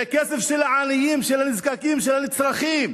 זה כסף של העניים, של הנזקקים, של הנצרכים.